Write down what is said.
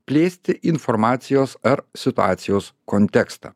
plėsti informacijos ar situacijos kontekstą